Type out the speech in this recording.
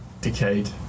decayed